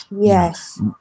Yes